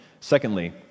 Secondly